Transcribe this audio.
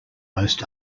most